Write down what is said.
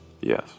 Yes